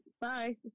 bye